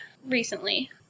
Recently